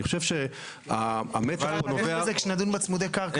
אני חושב שהמתח פה נובע --- נדבר על זה כשנדון בצמודי רקע.